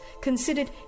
considered